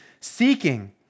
seeking